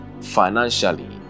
financially